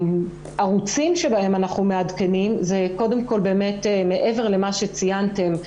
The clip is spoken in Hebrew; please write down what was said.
הערוצים שבהם אנחנו מעדכנים זה קודם כל באמת מעבר למה שציינתם,